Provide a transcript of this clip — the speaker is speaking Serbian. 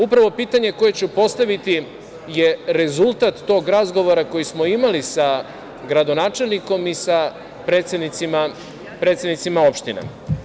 Upravo pitanje koje ću postaviti je rezultat tog razgovora koji smo imali sa gradonačelnikom i sa predsednicima opština.